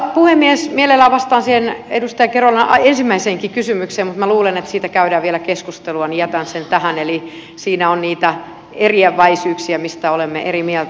mielelläni vastaan siihen edustaja kerolan ensimmäiseenkin kysymykseen mutta minä luulen että siitä käydään vielä keskustelua niin että jätän sen tähän eli siinä on niitä eriäväisyyksiä mistä olemme eri mieltä